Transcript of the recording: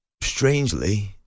strangely